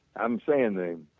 i am standing